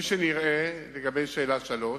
3 4. לגבי שאלה 3,